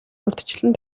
урьдчилан